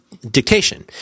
dictation